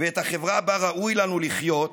ואת החברה שבה ראוי לנו לחיות,